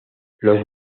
los